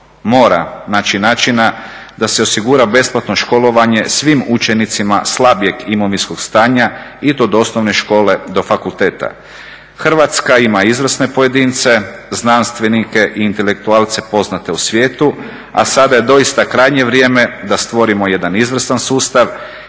mora naći načina da se osigura besplatno školovanje svim učenicima slabijeg imovinskog stanja i to od osnovne škole do fakulteta. Hrvatska ima izvrsne pojedince, znanstvenike i intelektualce poznate u svijetu, a sada je doista krajnje vrijeme da stvorimo jedan izvrstan sustav